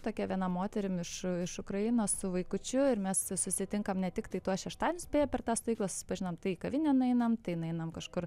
tokia viena moterim iš iš ukrainos su vaikučiu ir mes susitinkam ne tiktai tuos šeštadienius beje per tą stovyklą susipažinom tai į kavinę nueinam tai nueinam kažkur